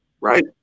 Right